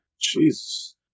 Jesus